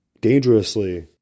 dangerously